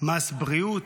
מס בריאות,